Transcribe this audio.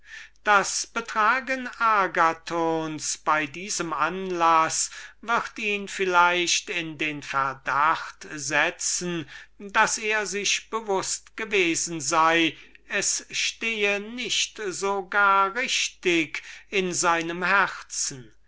das betragen agathons bei diesem anlaß wird ihn vielleicht in den verdacht setzen daß er sich bewußt gewesen sei daß es nicht richtig in seinem herzen